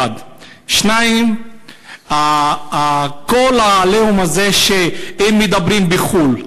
1. 2. כל ה"עליהום" הזה שהם מדברים בחו"ל,